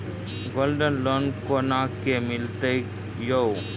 Gold loan कोना के मिलते यो?